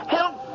Help